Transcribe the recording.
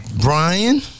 Brian